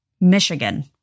Michigan